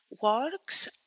works